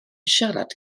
siarad